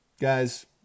Guys